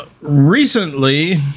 Recently